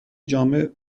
جامع